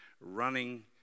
running